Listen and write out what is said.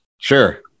Sure